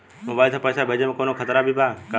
Mobile से पैसा भेजे मे कौनों खतरा भी बा का?